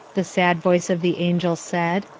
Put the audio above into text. the sad voice of the angel said,